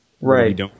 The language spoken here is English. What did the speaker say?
Right